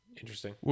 Interesting